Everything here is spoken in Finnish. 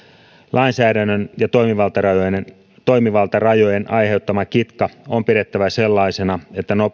lainsäädännön ja toimivaltarajojen aiheuttama kitka on pidettävä sellaisena että